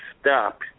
stop